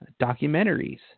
documentaries